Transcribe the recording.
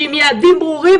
שהיא עם יעדים ברורים,